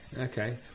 Okay